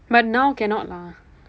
but now cannot lah